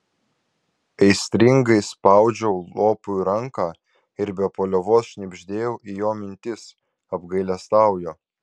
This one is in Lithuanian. aistringai spaudžiau lopui ranką ir be paliovos šnibždėjau į jo mintis apgailestauju